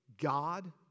God